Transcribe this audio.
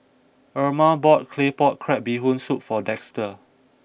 Irma bought Claypot Crab Bee Hoon Soup for Dexter